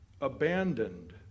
abandoned